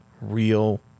real